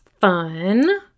fun